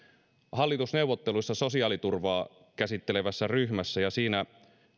hallitusneuvotteluissa sosiaaliturvaa käsittelevässä ryhmässä ja siinä